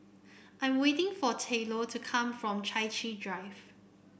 I'm waiting for Tylor to come from Chai Chee Drive